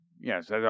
Yes